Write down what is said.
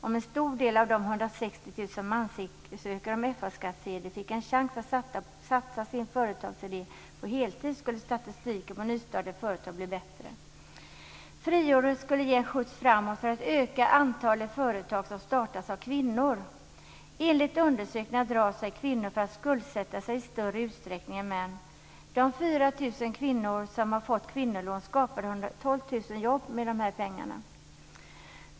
Om en stor del av de 160 000 som ansöker om FA-skattsedel fick en chans att satsa på sin företagsidé på heltid skulle statistiken över nystartade företag bli bättre. Friåret skulle ge en skjuts framåt för att öka antalet företag som startas av kvinnor. Enligt undersökningar drar sig kvinnor för att skuldsätta sig i större utsträckning än män. De 4 000 kvinnor som har fått kvinnolån skapade 12 000 jobb med de här pengarna.